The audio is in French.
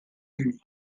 unis